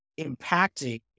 impacting